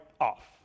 off